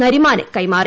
നരിമാന് കൈമാറി